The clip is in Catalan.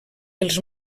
els